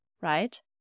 right